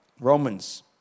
Romans